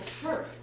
church